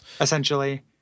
essentially